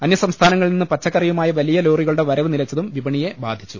അന്യ സംസ്ഥാനങ്ങളിൽ നിന്ന് പച്ചക്കറിയുമായി വലിയ ലോറികളുടെ വരവ് നിലച്ചതും വിപണിയെ ബാധിച്ചു